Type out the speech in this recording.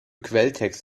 quelltext